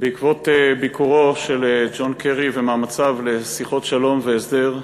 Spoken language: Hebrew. בעקבות ביקורו של ג'ון קרי ומאמציו לשיחות שלום והסדר,